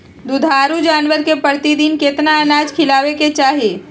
दुधारू जानवर के प्रतिदिन कितना अनाज खिलावे के चाही?